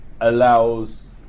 allows